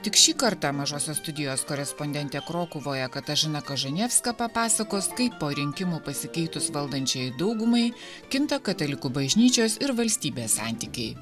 tik šį kartą mažosios studijos korespondentė krokuvoje katažina kažanevska papasakos kaip po rinkimų pasikeitus valdančiajai daugumai kinta katalikų bažnyčios ir valstybės santykiai